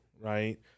right